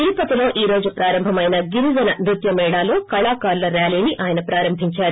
తిరుపతిలో ఈ రోజు ప్రారంభం కానున్న గిరిజన నృత్య మేళాలో కళాకారుల ర్యాలీని ఆయన ప్రారంభించారు